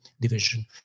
division